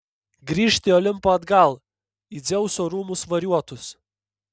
grįžt į olimpą atgal į dzeuso rūmus variuotus